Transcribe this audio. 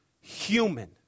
human